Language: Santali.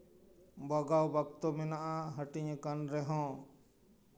ᱵᱟᱜᱟᱣ ᱵᱟᱠᱛᱚ ᱢᱮᱱᱟᱜᱼᱟ ᱦᱟᱹᱴᱤᱧ ᱟᱠᱟᱱ ᱨᱮᱦᱚᱸ